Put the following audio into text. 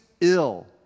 ill